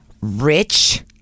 rich